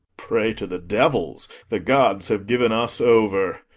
pray to the devils the gods have given us over.